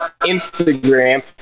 Instagram